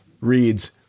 reads